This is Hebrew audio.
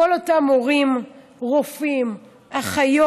כל אותם הורים, רופאים, אחיות.